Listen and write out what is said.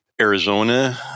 arizona